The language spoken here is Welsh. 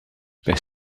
beth